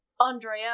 Andrea